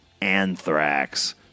anthrax